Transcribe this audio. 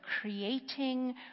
creating